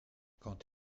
quand